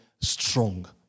strong